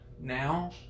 now